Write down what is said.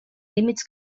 límits